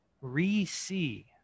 re-see